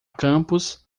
campos